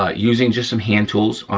um using just some hand tools.